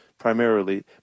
primarily